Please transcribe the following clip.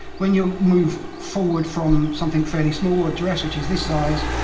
when you move forward from something fairly small, ah dress which is this size,